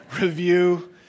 review